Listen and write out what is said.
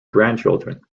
grandchildren